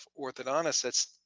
orthodontists